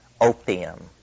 opium